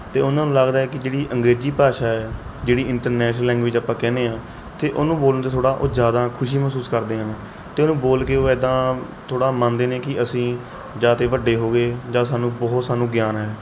ਅਤੇ ਉਹਨਾਂ ਨੂੰ ਲੱਗਦਾ ਕਿ ਜਿਹੜੀ ਅੰਗਰੇਜ਼ੀ ਭਾਸ਼ਾ ਏ ਜਿਹੜੀ ਇੰਟਰਨੈਸ਼ਨਲ ਲੈਂਗੁਏਜ ਆਪਾਂ ਕਹਿੰਦੇ ਹਾਂ ਅਤੇ ਉਹਨੂੰ ਬੋਲਣ 'ਤੇ ਥੋੜਾ ਉਹ ਜਿਆਦਾ ਖੁਸ਼ੀ ਮਹਿਸੂਸ ਕਰਦੇ ਹਨ ਅਤੇ ਉਹਨੂੰ ਬੋਲ ਕੇ ਇੱਦਾਂ ਥੋੜਾ ਮੰਨਦੇ ਨੇ ਕਿ ਅਸੀਂ ਜਾਂ ਤਾਂ ਵੱਡੇ ਹੋ ਗਏ ਜਾਂ ਸਾਨੂੰ ਬਹੁਤ ਸਾਨੂੰ ਗਿਆਨ ਹੈ